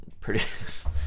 produce